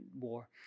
War